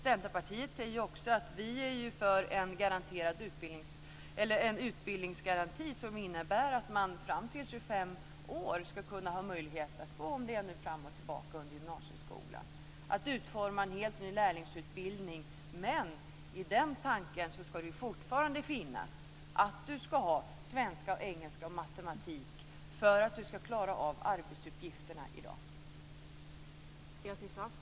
Centerpartiet är också för en utbildningsgaranti som innebär att man fram till 25 års ålder ska ha möjlighet att gå om, fram och tillbaka, under gymnasieskolan och att det ska utformas en helt ny lärlingsutbildning. Men den tanken är att du fortfarande ska ha svenska, engelska och matematik, för att du ska klara av arbetsuppgifterna i dag.